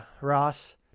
Ross